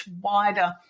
wider